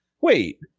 Wait